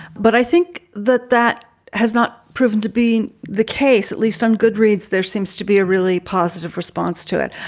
but i think that that has not proven to be the case, at least on good reads. there seems to be a really positive response to it.